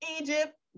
Egypt